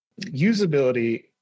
usability